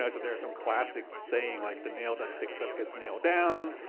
ah so there's some classic saying like the nail that sticks up gets nailed down.